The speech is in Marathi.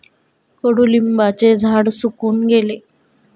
कडुलिंबाचे झाड सुकून गेले